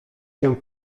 się